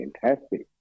fantastic